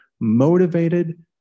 motivated